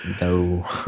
No